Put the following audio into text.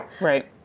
Right